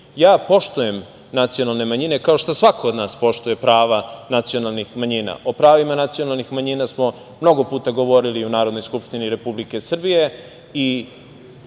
poštujem nacionalne manjine, kao što svako od nas poštuje prava nacionalnih manjina. O pravima nacionalnih manjina smo mnogo puta govorili u Narodnoj skupštini Republike Srbije